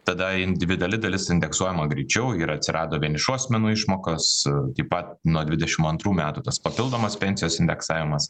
tada individuali dalis indeksuojama greičiau ir atsirado vienišų asmenų išmokos taip pat nuo dvidešim antrų metų tas papildomas pensijos indeksavimas